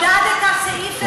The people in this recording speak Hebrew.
בודדת סעיף אחד,